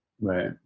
right